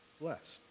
blessed